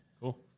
Cool